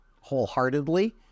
wholeheartedly